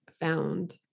found